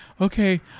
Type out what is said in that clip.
Okay